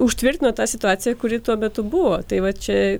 užtvirtino tą situaciją kuri tuo metu buvo tai va čia